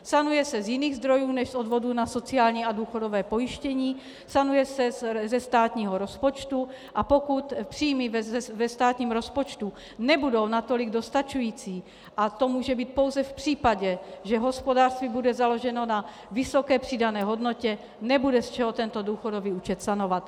Sanuje se z jiných zdrojů než z odvodů na sociální a důchodové pojištění, sanuje se ze státního rozpočtu, a pokud příjmy ve státním rozpočtu nebudou natolik dostačující, a to může být pouze v případě, že hospodářství bude založeno na vysoké přidané hodnotě, nebude z čeho tento důchodový účet sanovat.